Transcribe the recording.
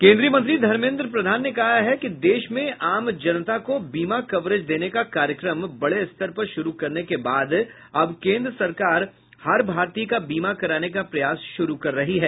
केन्द्रीय मंत्री धर्मेन्द्र प्रधान ने कहा है कि देश में आम जनता को बीमा कवरेज देने का कार्यक्रम बड़े स्तर पर शुरू करने के बाद अब केन्द्र सरकार हर भारतीय का बीमा कराने का प्रयास शुरू कर रही है